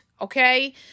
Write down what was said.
okay